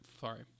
sorry